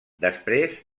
després